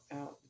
out